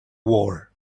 war